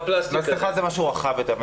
מסכה זה משהו רחב יותר.